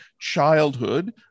childhood